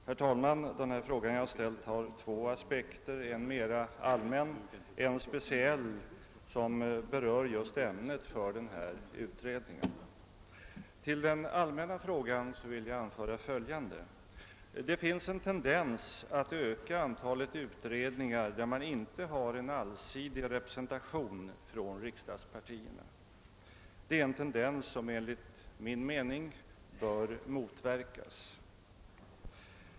Herr talman! Den fråga jag ställt har två aspekter, en mera allmän och en speciell som gäller frågor som försvarsutredningen skall behandla. Beträffande den allmänna aspekten vill jag anföra följande. Det finns en tendens att öka antalet utredningar i vilka man inte har en allsidig representation från riksdagspartierna. Den tendensen bör enligt min mening motverkas.